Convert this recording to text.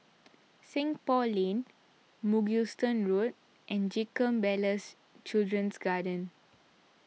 Seng Poh Lane Mugliston Road and Jacob Ballas Children's Garden